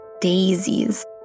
daisies